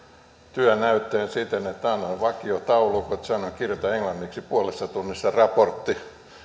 työnäytteen siten että annoin vakiotaulukot sanoin että kirjoita englanniksi puolessa tunnissa raportti